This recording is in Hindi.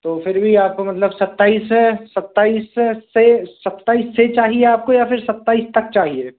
तो फिर भी आपको मतलब सत्ताईस सत्ताईस से सत्ताईस से चाहिए आपको या फिर सत्ताईस तक चाहिए